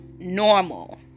normal